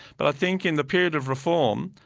but i think in the period of reform,